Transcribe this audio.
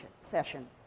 session